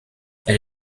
elle